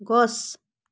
গছ